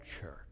church